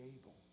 able